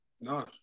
No